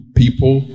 people